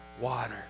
water